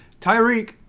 Tyreek